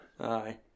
Aye